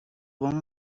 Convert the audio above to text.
وام